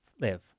live